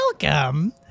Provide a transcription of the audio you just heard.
Welcome